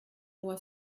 moi